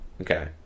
Okay